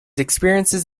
experiences